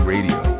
Radio